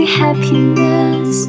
happiness